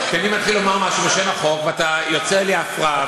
מתחיל לומר משהו בשם החוק ואתה יוצר לי הפרעה,